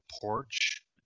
porch